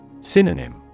Synonym